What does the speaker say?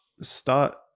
start